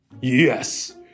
Yes